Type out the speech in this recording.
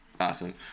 Awesome